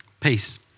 peace